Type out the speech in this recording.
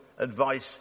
advice